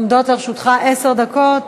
עומדות לרשותך עד עשר דקות.